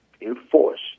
enforce